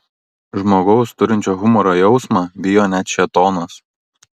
žmogaus turinčio humoro jausmą bijo net šėtonas